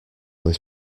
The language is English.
this